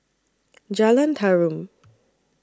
Jalan Tarum